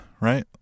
right